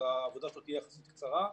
אז העבודה שלו תהיה יחסית קצרה,